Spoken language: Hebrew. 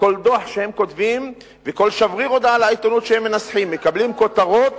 כל דוח שהם כותבים וכל שבריר הודעה לעיתונות שהם מנסחים מקבלים כותרות